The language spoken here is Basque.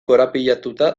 korapilatuta